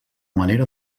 manera